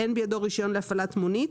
אין בידו רישיון להפעלת מונית,